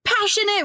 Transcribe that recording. passionate